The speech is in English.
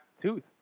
tooth